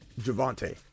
Javante